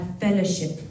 fellowship